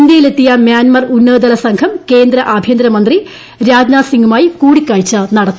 ഇന്ത്യയിലെത്തിയ Myanmar ഉന്നതതല സംഘം കേന്ദ്ര ആഭ്യന്തരമന്ത്രി രാജ്നാഥ്സിങ്ങുമായി കൂടിക്കാഴ്ച നടത്തി